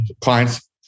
clients